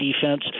defense